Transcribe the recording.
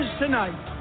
tonight